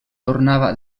tornava